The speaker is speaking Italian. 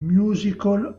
musical